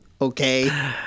Okay